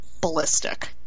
Ballistic